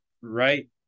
right